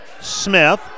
Smith